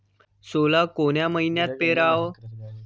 सोला कोन्या मइन्यात पेराव?